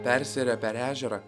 persiyrę per ežerą